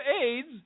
AIDS